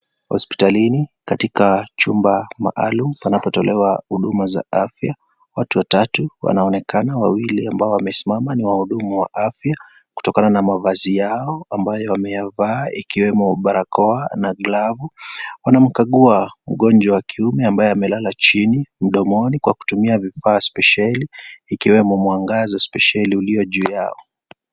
Hospitalini katika chumba maalum panapo tolewa huduma za afya, watu watatu wanaonekana wawili ambao wamesimama ni wahudumu wa afya kutokana maavazi yao ambayo wameyavaa ikiwemo barakoa na glavu, wanamkagua mgonjwa wa kiume ambaye amelala chini mdomoni kwa kutumia vifaa spesieli iyo juu yao.